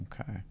Okay